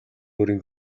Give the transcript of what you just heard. өөрийн